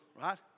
right